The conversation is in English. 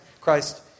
Christ